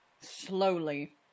slowly